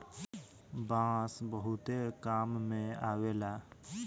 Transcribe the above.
बांस बहुते काम में अवेला